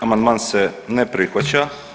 Amandman se ne prihvaća.